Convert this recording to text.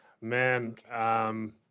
man